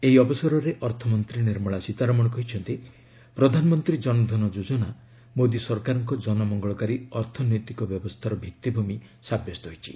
ଏହି ଅବସରରେ ଅର୍ଥମନ୍ତ୍ରୀ ନିର୍ମଳା ସୀତାରମଣ କହିଛନ୍ତି ପ୍ରଧାନମନ୍ତ୍ରୀ ଜନଧନ ଯୋଜନା ମୋଦି ସରକାରଙ୍କ ଜନମଙ୍ଗଳକାରୀ ଅର୍ଥନୈତିକ ବ୍ୟବସ୍ଥାର ଭିଭିଭିମ ସାବ୍ୟସ୍ତ ହୋଇଛି